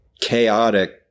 chaotic